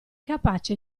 capace